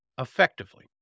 Effectively